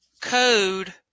code